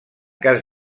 cas